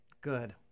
Good